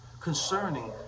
Concerning